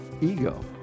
ego